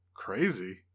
crazy